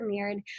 premiered